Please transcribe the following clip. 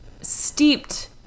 steeped